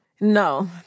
No